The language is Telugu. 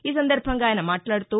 ఈ సందర్బంగా ఆయన మాట్లాడుతూ